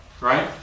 right